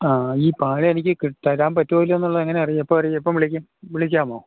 ആ ഈ പാല് എനിക്കു തരാന് പറ്റുമോ ഇല്ലയോ എന്നുള്ളത് എങ്ങനാ അറിയുക എപ്പോഴാണ് അറിയുക എപ്പോള് വിളിക്കും വിളിക്കാമോ